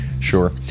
sure